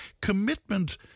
Commitment